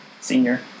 Senior